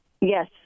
Yes